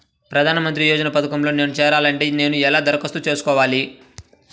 ప్రధాన మంత్రి యోజన పథకంలో నేను చేరాలి అంటే నేను ఎలా దరఖాస్తు చేసుకోవాలి?